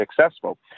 successful